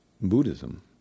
Buddhism